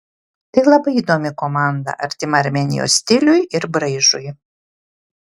tai labai įdomi komanda artima armėnijos stiliui ir braižui